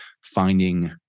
finding